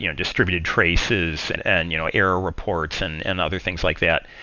you know distributed traces and and you know error reports and and other things like that.